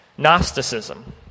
Gnosticism